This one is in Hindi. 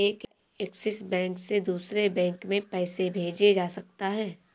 क्या ऐक्सिस बैंक से दूसरे बैंक में पैसे भेजे जा सकता हैं?